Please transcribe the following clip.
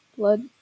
Blood